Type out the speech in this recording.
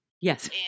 Yes